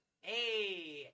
Hey